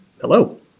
hello